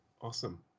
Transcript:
awesome